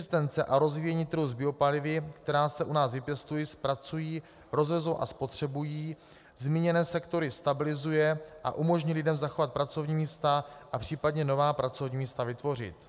Existence a rozvíjení trhu s biopalivy, která se u nás vypěstují, zpracují, rozvezou a spotřebují, zmíněné sektory stabilizuje a umožní lidem zachovat pracovní místa a případně nová pracovní místa vytvořit.